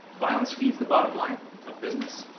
violence feeds the bottom line of business,